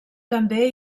també